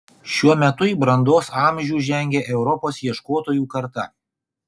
šiuo metu į brandos amžių žengia europos ieškotojų karta